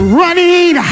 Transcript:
running